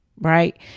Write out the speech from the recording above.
right